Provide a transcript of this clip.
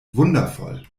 wundervoll